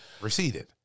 receded